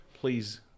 please